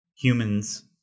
Humans